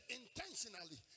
intentionally